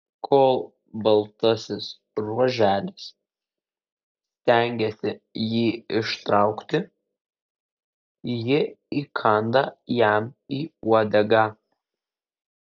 kol baltasis ruoželis stengiasi jį ištraukti ji įkanda jam į uodegą